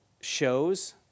shows